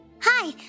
Hi